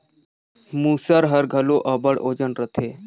मूसर हर घलो अब्बड़ ओजन रहथे